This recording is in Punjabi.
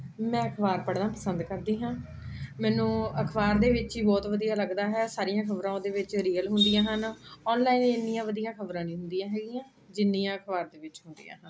ਮੈਂ ਅਖਬਾਰ ਪੜ੍ਹਨਾ ਪਸੰਦ ਕਰਦੀ ਹਾਂ ਮੈਨੂੰ ਅਖਬਾਰ ਦੇ ਵਿੱਚ ਹੀ ਬਹੁਤ ਵਧੀਆ ਲੱਗਦਾ ਹੈ ਸਾਰੀਆਂ ਖਬਰਾਂ ਉਹਦੇ ਵਿੱਚ ਰੀਅਲ ਹੁੰਦੀਆਂ ਹਨ ਆਨਲਾਈਨ ਇੰਨੀਆਂ ਵਧੀਆ ਖਬਰਾਂ ਨਹੀਂ ਹੁੰਦੀਆਂ ਹੈਗੀਆਂ ਜਿੰਨੀਆਂ ਅਖਬਾਰ ਦੇ ਵਿੱਚ ਹੁੰਦੀਆਂ ਹਨ